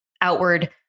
outward